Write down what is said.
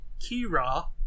Kira